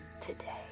today